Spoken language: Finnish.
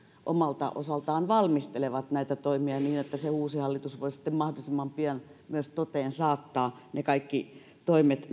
omalta osaltaan valmistelevat toimia joilla uusi hallitus voi mahdollisimman pian myös toteen saattaa ne kaikki toimet